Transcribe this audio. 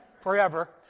forever